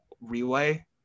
relay